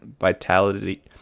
vitality